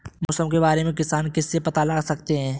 मौसम के बारे में किसान किससे पता लगा सकते हैं?